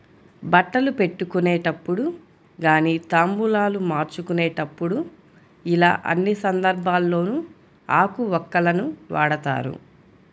బట్టలు పెట్టుకునేటప్పుడు గానీ తాంబూలాలు మార్చుకునేప్పుడు యిలా అన్ని సందర్భాల్లోనూ ఆకు వక్కలను వాడతారు